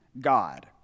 God